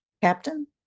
captain